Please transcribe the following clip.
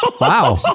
wow